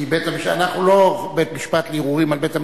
אנחנו לא בית-משפט לערעורים על בית-המשפט.